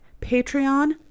patreon